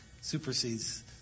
supersedes